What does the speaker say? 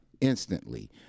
instantly